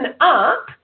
up